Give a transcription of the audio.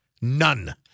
None